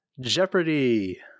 Jeopardy